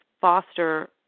foster